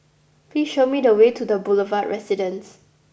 please show me the way to the Boulevard Residence